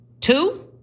Two